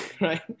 right